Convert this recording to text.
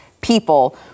people